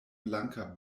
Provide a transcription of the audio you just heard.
blanka